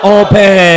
open